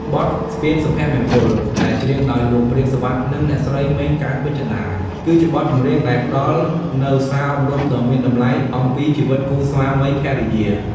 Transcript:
បទ ស្ពានសុភមង្គល ដែលច្រៀងដោយលោក ព្រាប សុវត្ថិ និងអ្នកស្រី ម៉េង កែវពេជ្ជតា គឺជាបទចម្រៀងដែលផ្តល់នូវសារអប់រំដ៏មានតម្លៃអំពីជីវិតគូស្វាមីភរិយា។